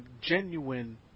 genuine